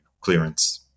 clearance